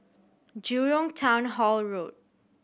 Jurong Town Hall Road